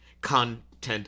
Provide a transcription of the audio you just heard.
content